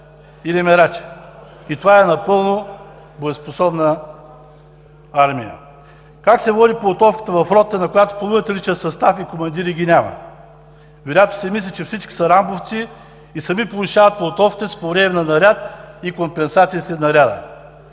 или мерача. И това е напълно боеспособна армия?! Как се води подготовката в рота, на която половината личен състав и командирите ги няма? Вероятно се мисли, че всички са рамбовци и сами повишават подготовката си по време на наряд и компенсация след наряда.